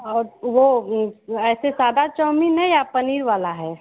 और वह ऐसे सादा चौमिन है या पनीर वाला है